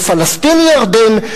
ופלסטין היא ירדן,